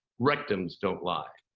rectums don't lie.